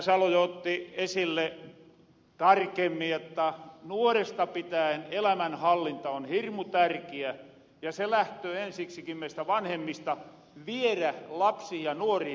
salo jo otti esille tarkemmin jotta nuoresta pitäen elämänhallinta on hirmu tärkiä ja se lähtöö ensiksikin meistä vanhemmista vierä lapsiin ja nuoriin